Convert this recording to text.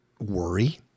Worry